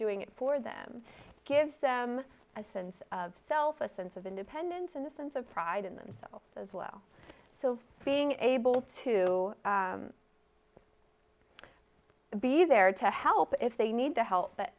doing it for them gives them a sense of self a sense of independence and a sense of pride in themselves as well so being able to be there to help if they need to help